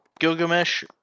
Gilgamesh